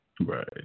Right